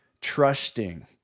trusting